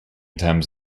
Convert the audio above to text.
terms